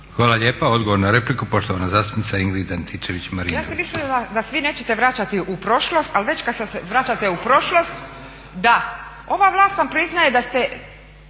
Hvala lijepa. Odgovor na repliku poštovana zastupnica Ingrid Antičević-Marinović. **Antičević Marinović, Ingrid (SDP)** Ja sam mislila da se vi nećete vraćati u prošlost, ali već kada se vraćate u prošlost, da, ova vlast vam priznaje da ste